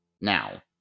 Now